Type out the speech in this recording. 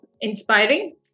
Inspiring